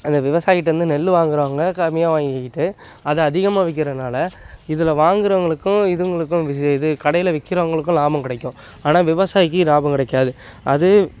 அந்த விவசாயிக்கிட்டேர்ந்து நெல் வாங்குறவங்க கம்மியாக வாங்கிக்கிட்டு அதை அதிகமாக விற்கிறதுனால இதில் வாங்குறவங்களுக்கும் இதுங்களுக்கும் இது கடையில் விற்கிறவங்களுக்கும் லாபம் கிடைக்கும் ஆனால் விவசாயிக்கு லாபம் கிடைக்காது அது